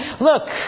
Look